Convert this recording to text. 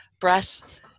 breath